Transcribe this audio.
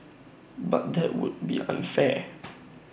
but that would be unfair